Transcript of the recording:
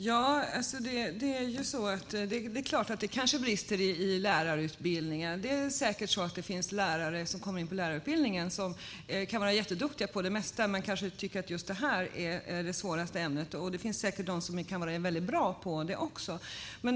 Fru talman! Det är klart att det kanske brister i lärarutbildningen. Det finns säkert lärare som kommer in på lärarutbildningen som kan vara jätteduktiga på det mesta men kanske tycker att just detta är det svåraste ämnet. Det finns säkert också de som kan vara väldigt bra på detta.